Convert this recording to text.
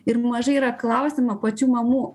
ir mažai yra klausiama pačių mamų